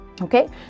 Okay